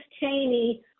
Cheney